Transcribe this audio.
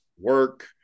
work